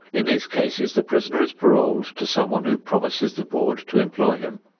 in these cases the prisoner is paroled to someone who promises the board to employ him,